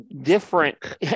different